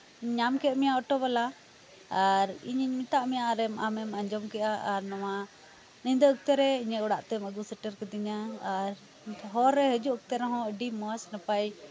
ᱧᱟᱢ ᱠᱮᱜ ᱢᱮᱭᱟ ᱚᱴᱳ ᱵᱟᱞᱟ ᱟᱨ ᱤᱧᱤᱧ ᱢᱮᱛᱟᱜ ᱢᱮᱭᱟ ᱟᱨ ᱟᱢᱮᱢ ᱟᱸᱡᱚᱢ ᱠᱮᱜᱼᱟ ᱟᱨ ᱱᱚᱣᱟ ᱧᱤᱫᱟᱹ ᱚᱠᱛᱚᱨᱮ ᱤᱧᱟᱹᱜ ᱚᱲᱟᱜ ᱛᱮᱢ ᱟᱹᱜᱩ ᱥᱮᱴᱮᱨ ᱠᱟᱹᱫᱤᱧᱟ ᱟᱨ ᱦᱚᱨᱨᱮ ᱦᱤᱡᱩᱜ ᱚᱠᱛᱮ ᱨᱮᱦᱚᱸ ᱟᱹᱰᱤ ᱢᱚᱸᱡᱽ ᱱᱟᱯᱟᱭ